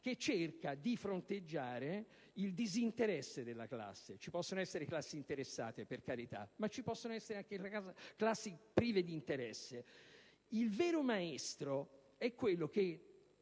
che cerca di fronteggiare il disinteresse della classe. Possono esservi classi interessate, per carità, ma possono esservi anche classi prive di interesse. Il vero maestro è quello che